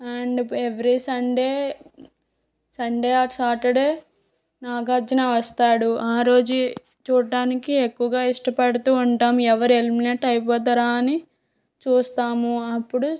and every Sunday Sunday or Saturday Nagarjuna వస్తాడు ఆరోజే చూడటానికి ఎక్కువగా ఇష్టపడుతూ ఉంటాము ఎవరు ఎలిమినేట్ అయిపోతారా అని చూస్తాము అప్పుడు